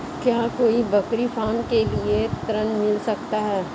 क्या कोई बकरी फार्म के लिए ऋण मिल सकता है?